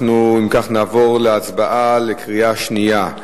אם כך, אנחנו נעבור להצבעה בקריאה שנייה.